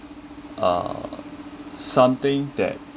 uh something that